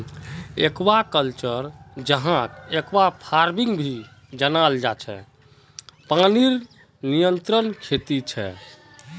aquaculture, जहाक aquafarming भी जनाल जा छे पनीर नियंत्रित खेती छे